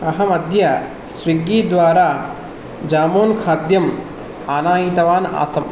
अहमद्य स्विग्गी द्वारा जामून् खाद्यम् आनायितवान् आसम्